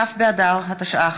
כ' באדר התשע"ח,